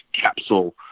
capsule